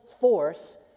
force